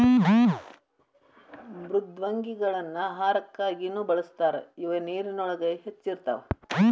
ಮೃದ್ವಂಗಿಗಳನ್ನ ಆಹಾರಕ್ಕಾಗಿನು ಬಳಸ್ತಾರ ಇವ ನೇರಿನೊಳಗ ಹೆಚ್ಚ ಇರತಾವ